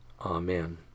Amen